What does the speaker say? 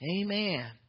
Amen